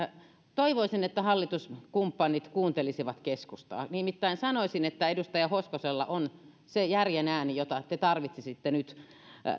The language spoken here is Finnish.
toivoisin että hallituskumppanit kuuntelisivat keskustaa nimittäin sanoisin että edustaja hoskosella on se järjen ääni jota te tarvitsisitte nyt